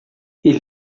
ele